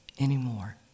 anymore